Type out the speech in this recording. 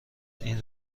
این